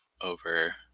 over